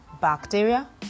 bacteria